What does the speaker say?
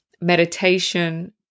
meditation